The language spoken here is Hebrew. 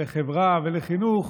לחברה ולחינוך,